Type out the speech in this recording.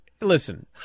listen